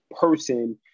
person